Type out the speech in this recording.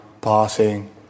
passing